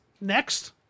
next